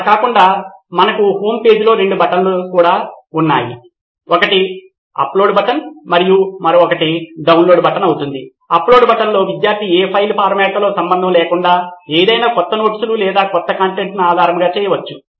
అలా కాకుండా మనకు హోమ్పేజీలో రెండు బటన్లు కూడా ఉన్నాయి ఒకటి అప్లోడ్ బటన్ మరియు మరొకటి డౌన్లోడ్ బటన్ అవుతుంది అప్లోడ్ బటన్లో విద్యార్థి ఏ ఫైల్ ఫార్మాట్తో సంబంధం లేకుండా ఏదైనా క్రొత్త నోట్స్లు లేదా క్రొత్త కంటెంట్ ఆధారంగా చేయవచ్చు